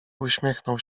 uśmiechnął